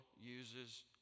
uses